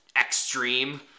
extreme